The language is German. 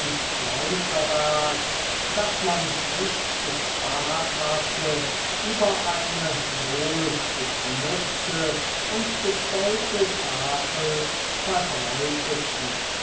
räucherwerks das man nicht gespart hatte über eine wohlgeschmückte und bestellte tafel verbreiteten